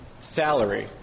salary